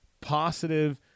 positive